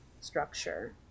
structure